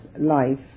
life